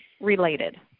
related